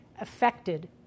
affected